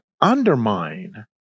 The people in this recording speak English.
undermine